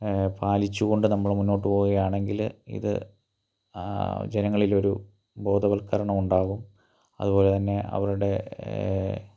പാലിച്ച് കൊണ്ട് നമ്മൾ മുന്നോട്ട് പോവുകയാണെങ്കിൽ ഇത് ജനങ്ങളിലൊരു ബോധവൽക്കരണം ഉണ്ടാകും അതുപോലെ തന്നെ അവരുടെ